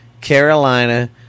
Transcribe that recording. Carolina